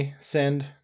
send